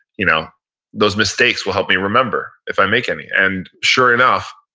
you know those mistakes will help me remember if i make any. and sure enough,